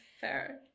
fair